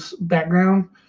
background